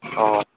ꯍꯣꯏ ꯍꯣꯏ